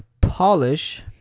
polish